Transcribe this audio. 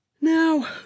now